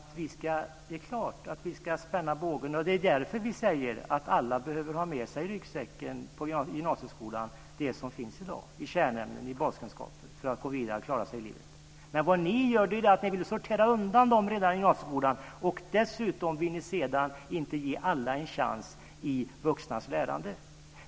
Fru talman! Det är klart att vi ska spänna bågen. Det är därför vi säger att alla behöver ha med sig ryggsäcken i gymnasieskolan med det som finns i dag när det gäller kärnämnen och baskunskaper för att de ska kunna gå vidare och klara sig i livet. Men ni vill ju sortera undan dessa människor redan i gymnasieskolan. Dessutom vill ni sedan inte ge alla en chans när det gäller de vuxnas lärande.